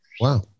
Wow